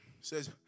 says